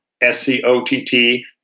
s-c-o-t-t